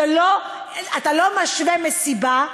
אתה לא משווה מסיבה,